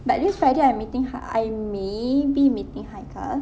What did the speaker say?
but this friday I'm meeting hai I maybe meeting haikal